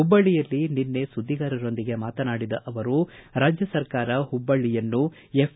ಹುಬ್ಬಳ್ಳಿಯಲ್ಲಿ ನಿನ್ನೆ ಸುದ್ದಿಗಾರರೊಂದಿಗೆ ಮಾತನಾಡಿದ ಅವರು ರಾಜ್ಯ ಸರ್ಕಾರ ಹುಬ್ಬಳ್ಳಿಯನ್ನು ಎಫ್